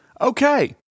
Okay